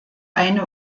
eine